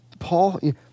Paul